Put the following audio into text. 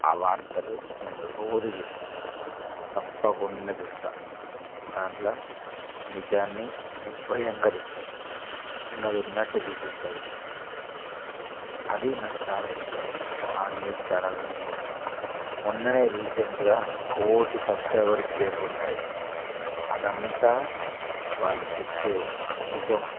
ఆ వార్తలు నేను రోజు చూస్తా తప్పకుండా చూస్తా దాంట్లో నిజాన్ని నిర్భయంగా చెబుతారు ఉన్నది ఉన్నట్టు చూపిస్తారు అది నాకు చాలా ఇష్టం ఆ న్యూస్ ఛానల్ నేను మొన్ననే రీసెంట్గా కోటి సబ్స్క్రైబర్కు చేరుకున్నది అదంతా వాళ్ళు చెప్పే నిజం